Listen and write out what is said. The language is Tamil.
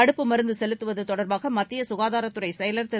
தடுப்பு மருந்து செலுத்துவது தொடர்பாக மத்திய சுகாதாரத்துறைச் செயலர் திரு